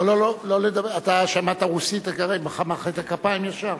לא לא, אתה שמעת רוסית, מחאת כפיים ישר?